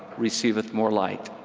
receiveth more light.